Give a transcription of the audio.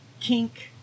kink